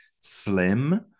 slim